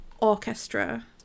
orchestra